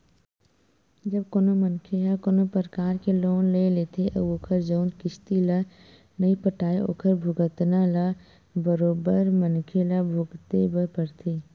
जब कोनो मनखे ह कोनो परकार के लोन ले लेथे अउ ओखर जउन किस्ती ल नइ पटाय ओखर भुगतना ल बरोबर मनखे ल भुगते बर परथे